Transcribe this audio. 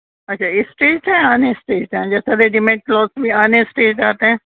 اچھا اسٹیچڈ ہے unstitch ہیں جیسے ریڈیمییڈ کلتھ میں ان اسٹیچ آتے ہیں